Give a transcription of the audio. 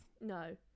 no